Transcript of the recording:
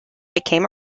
became